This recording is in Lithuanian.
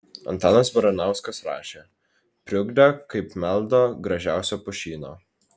antanas baranauskas rašė priugdę kaip meldo gražiausio pušyno